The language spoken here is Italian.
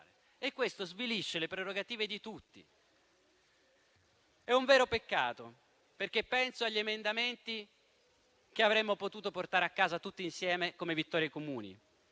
e questo svilisce le prerogative di tutti. È un vero peccato, perché penso agli emendamenti che avremmo potuto portare a casa tutti insieme come vittorie comuni.